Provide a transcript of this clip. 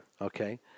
Okay